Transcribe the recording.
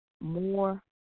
more